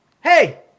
hey